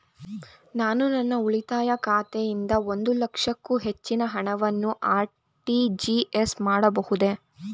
ನಾನು ನನ್ನ ಉಳಿತಾಯ ಖಾತೆಯಿಂದ ಒಂದು ಲಕ್ಷಕ್ಕೂ ಹೆಚ್ಚಿನ ಹಣವನ್ನು ಆರ್.ಟಿ.ಜಿ.ಎಸ್ ಮಾಡಬಹುದೇ?